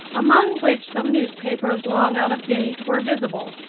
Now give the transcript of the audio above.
among which some newspapers, long out of date, were visible.